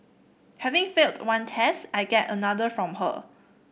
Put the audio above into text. having failed one test I get another from her